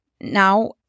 now